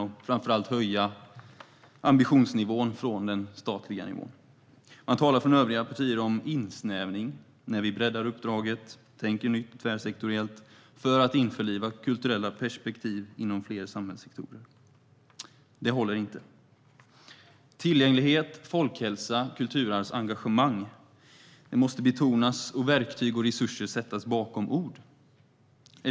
De skulle framför allt höja ambitionsnivån från den statliga nivån. Övriga partier talar om insnävning när vi breddar uppdraget, tänker nytt och tvärsektoriellt för att införliva kulturella perspektiv inom fler samhällssektorer. Det håller inte. Tillgänglighet, folkhälsa och kulturarvsengagemang måste betonas, och verktyg och resurser måste sättas bakom ord.